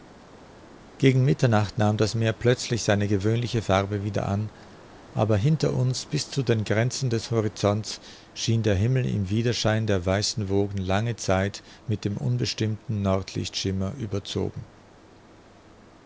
gegen mitternacht nahm das meer plötzlich seine gewöhnliche farbe wieder an aber hinter uns bis zu den grenzen des horizonts schien der himmel im widerschein der weißen wogen lange zeit mit dem unbestimmten nordlichtschimmer überzogen